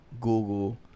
Google